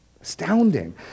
astounding